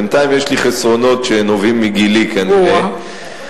בינתיים יש לי חסרונות שנובעים מגילי, כנראה,